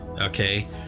Okay